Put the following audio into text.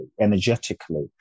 energetically